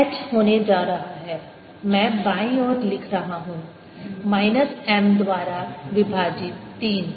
H होने जा रहा है मैं बाईं ओर लिख रहा हूं माइनस M द्वारा विभाजित तीन